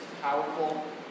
powerful